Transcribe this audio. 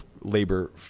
labor